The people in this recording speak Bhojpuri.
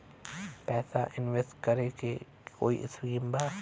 पैसा इंवेस्ट करे के कोई स्कीम बा?